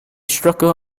struggle